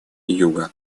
юга